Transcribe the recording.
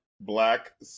Black